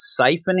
siphoning